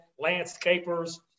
landscapers